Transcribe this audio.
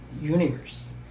Universe